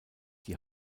die